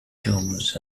tombs